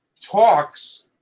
talks